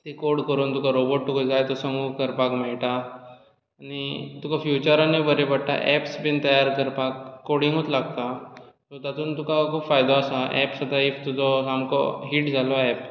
तें कोड करून तुका रोबोट तुका जाय तसो मूव करपाक मेळटा आनी तुका फ्युचरांतूय बरें पडटा एप्स बीन तयार करपाक कोडिंगूच लागता सो तातूंत तुका खूब फायदो आसा एप सुद्दां एक तुका सामको हीट जालो एप